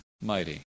mighty